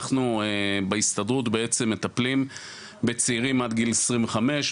אנחנו בהסתדרות בעצם מטפלים בצעירים עד גיל עשרים וחמש,